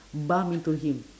bump into him